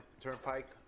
Turnpike